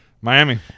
Miami